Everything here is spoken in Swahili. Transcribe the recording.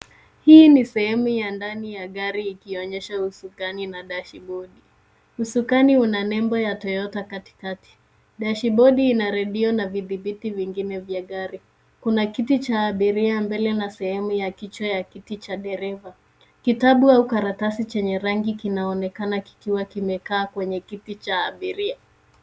Hii ni sehemu ya ndani ya gari ikionyesha usukani na dashibodi. Usukani una nembo ya Toyota katikati. Dashibodi ina redio na vidhibiti vingine vya gari. Kuna kiti cha abiri mbele na sehemu ya kichwa ya kiti cha dereva. Kitabu au karatasi chenye rangi kinaonekana kikiwa kimekaa kwenye kiti cha abiria.